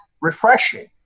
refreshing